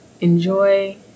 Enjoy